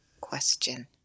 question